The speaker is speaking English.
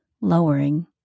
lowering